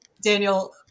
Daniel